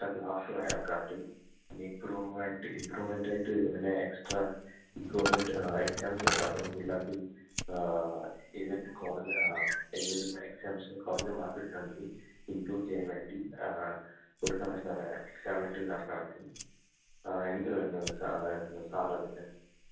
extra class വേണേൽ വെക്കാൻ പറ്റും പിന്നെ ഇമ്പ്രൂവ്മെൻറ്റ് ഇമ്പ്രൂവ്മെൻറ്റായിട്ട് വേണേൽ എക്സ്ട്രാ ഇമ്പ്രൂവ്മെൻറ്റ് എക്സാംസ് വെക്കാം അപ്പം പിള്ളേർക്ക് ഈ വരുന്ന കുറഞ്ഞ ഈ വരുന്ന എക്സാസിന് കുറഞ്ഞ മാർക്ക് കിട്ടുകയാണെങ്കിൽ ഇമ്പ്രൂവ് ചെയ്യാൻ വേണ്ടി കൊടുക്കാൻ പറ്റുന്നൊരു എക്സാമായിട്ടിത് നടത്താൻ പറ്റും എന്ത് വേണം സാറതിൻ്റെ